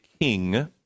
king